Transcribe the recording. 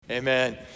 Amen